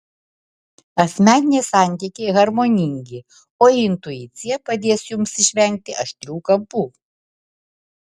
asmeniniai santykiai harmoningi o intuicija padės jums išvengti aštrių kampų